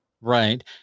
Right